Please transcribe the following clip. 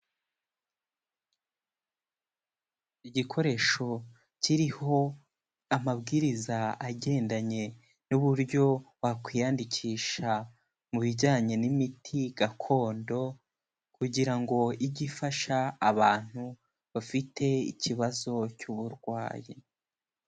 Igikoresho kiriho amabwiriza agendanye n'uburyo wakwiyandikisha mu bijyanye n'imiti gakondo kugira ngo ijye ifasha abantu bafite ikibazo cy'uburwayi.